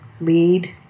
lead